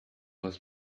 was